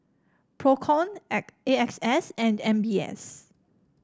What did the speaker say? Procom A X S and M B S